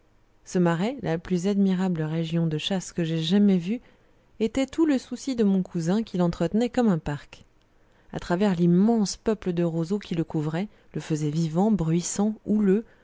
ce marais la plus admirable région de chasse que j'aie jamais vue était tout le souci de mon cousin qui l'entretenait comme un parc a travers l'immense peuple de roseaux qui le couvrait le faisait vivant bruissant houleux